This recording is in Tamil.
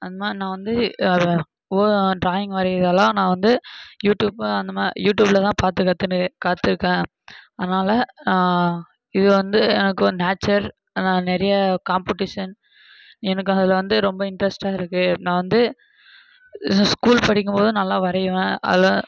அந்த மாதிரி நான் வந்து டிராயிங் வரையிரெதெல்லாம் நான் வந்து யூடியூபு அந்த யூடியூபில் தான் பார்த்து கத்துகினு கற்று அதனால் இது வந்து நேச்சர் நான் நிறைய காம்பட்டிஷன் எனக்கு அதில் வந்து ரொம்ப இன்ட்ரெஸ்டாக இருக்கு நான் வந்து ஸ்கூல் படிக்கும் போது நல்லா வரைவேன் அதில்